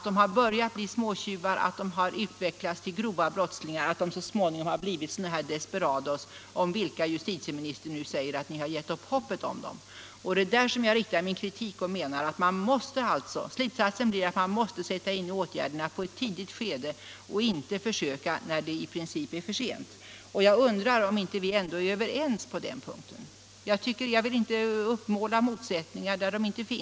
De har då börjat bli småtjuvar, sedan utvecklats till grova brottslingar och så småningom blivit sådana desperados om vilka justitieministern nu säger att han givit upp hoppet. Min slutsats var att man måste sätta in åtgärderna i ett tidigt skede och inte försöka när det i princip är för sent. Jag undrar om vi ändå inte är överens på den punkten. Jag vill inte uppmåla motsättningar där de inte finns.